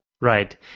right